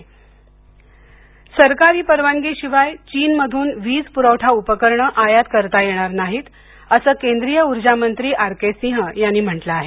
वीज परवठा उपकरणे सरकारी परवानगी शिवाय चीनमधून वीज पुरवठा उपकरणे आयात करता येणार नाहीत असं केंद्रीय ऊर्जा मंत्री आर के सिंह यांनी म्हंटलं आहे